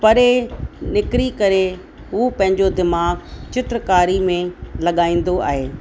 परे निकिरी करे हू पंहिंजो दिमाग़ चित्रकारी में लॻाईंदो आहे